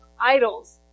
idols